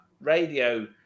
radio